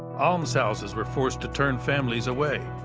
almshouses were forced to turn families away.